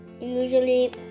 usually